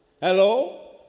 hello